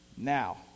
Now